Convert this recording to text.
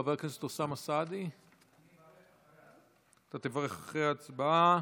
חבר הכנסת אוסאמה סעדי, אתה תברך אחרי ההצבעה,